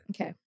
Okay